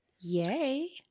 Yay